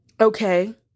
Okay